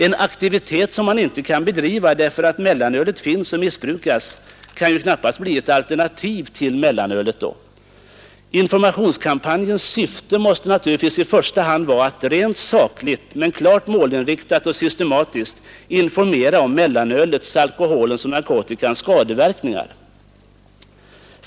En aktivitet som man inte kan bedriva därför att mellanölet finns och missbrukas kan ju knappast bli ett alternativ till mellanölet. Informationskampanjens syfte måste naturligtvis i första hand vara att rent sakligt, men klart målinriktat och systematiskt, informera om mellanölets, alkoholens och narkotikans skadeverkningar.